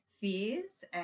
fears